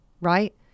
right